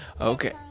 Okay